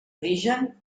origen